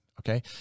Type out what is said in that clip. Okay